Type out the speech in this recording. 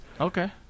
okay